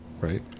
right